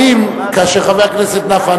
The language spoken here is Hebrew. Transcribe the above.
האם כאשר חבר הכנסת נפאע,